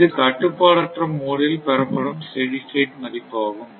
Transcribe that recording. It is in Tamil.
இது கட்டுப்பாடற்ற மோடில் பெறப்படும் ஸ்டெடி ஸ்டேட் மதிப்பாகும்